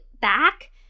back